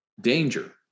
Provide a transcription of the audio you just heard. danger